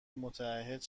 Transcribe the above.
متعهد